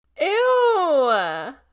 Ew